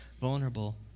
vulnerable